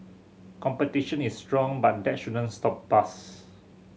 competition is strong but that shouldn't stop us